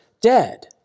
dead